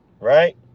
right